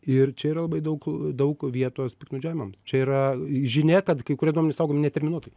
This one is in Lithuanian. ir čia yra labai daug daug vietos piktnaudžiavimams čia yra žinia kad kai kurie duomenys saugomi neterminuotai